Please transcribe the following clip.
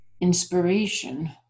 inspiration